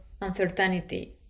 uncertainty